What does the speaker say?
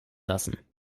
lassen